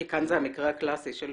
כי כאן זה המקרה הקלאסי של